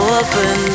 open